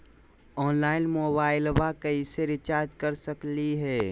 Online मोबाइलबा कैसे recharge कर सकलिए है?